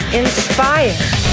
inspired